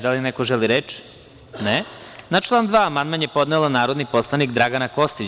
Da li neko želi reč? (Ne.) Na član 2. amandman je podnela narodni poslanik Dragana Kostić.